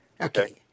Okay